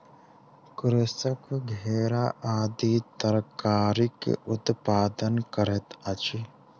कृषक घेरा आदि तरकारीक उत्पादन करैत अछि